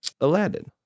Aladdin